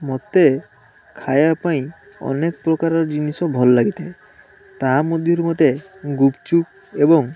ମୋତେ ଖାଇବା ପାଇଁ ଅନେକ ପ୍ରକାର ଜିନିଷ ଭଲ ଲାଗିଥାଏ ତା ମଧ୍ୟରୁ ମୋତେ ଗୁପ୍ଚୁପ୍ ଏବଂ